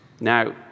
Now